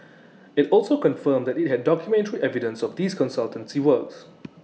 IT also confirmed that IT had documentary evidence of these consultancy works